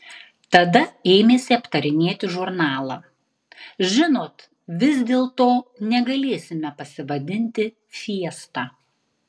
tada ėmėsi aptarinėti žurnalą žinot vis dėlto negalėsime pasivadinti fiesta